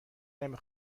نمی